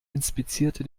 inspizierte